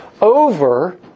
over